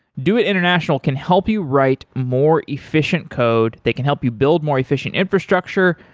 doit international can help you write more efficient code, they can help you build more efficient infrastructure.